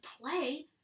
play